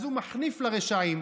אז הוא מחניף לרשעים,